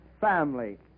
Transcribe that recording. family